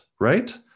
right